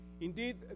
Indeed